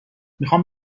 میخام